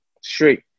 Straight